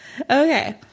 Okay